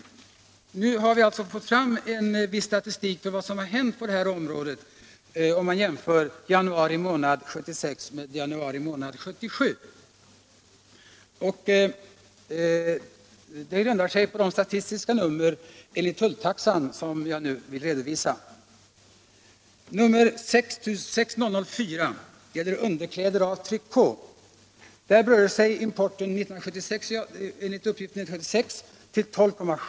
Ja, nu har vi fått fram viss statistik över vad som inträffat, och vi har fått en jämförelse av importsiffrorna under januari månad 1976 och samma månad i år.